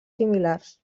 similars